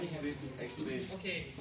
Okay